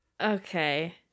Okay